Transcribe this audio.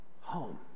home